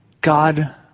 God